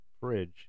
fridge